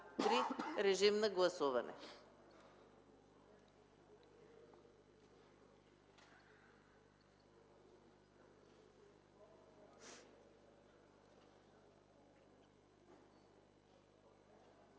Режим на гласуване!